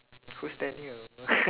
who's daniel